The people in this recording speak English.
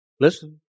Listen